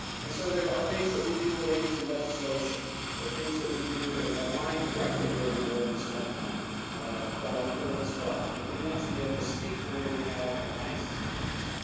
and so there are things that we do related to legislation or things that we do that are aligned directly with the work that's going on by the board as well, and we want to be able to speak to where we have alliances on things,